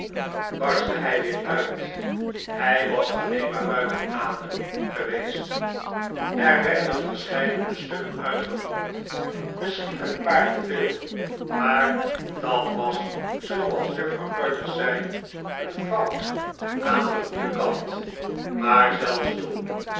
barstte hij weer uit hij was alleen maar buiten adem geweest er werden verscheidene stukken uitgevoerd misschien een paar te veel maar dat was zooals juffrouw todgers zei een fout aan den goeden kant maar zelfs toen